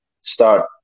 start